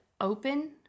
open